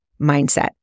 mindset